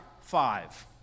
five